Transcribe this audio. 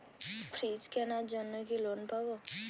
Fridge কেনার জন্য কি লোন পাব?